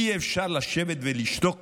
אי-אפשר לשבת ולשתוק